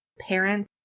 Parents